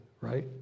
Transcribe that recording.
right